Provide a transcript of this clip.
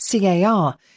CAR